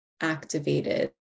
activated